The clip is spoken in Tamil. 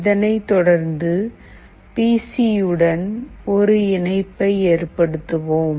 இதனை தொடர்ந்து பி சி யுடன் ஒரு இணைப்பை ஏற்படுத்துவோம்